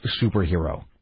superhero